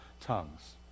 tongues